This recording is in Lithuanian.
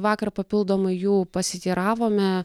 vakar papildomai jų pasiteiravome